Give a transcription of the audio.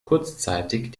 kurzzeitig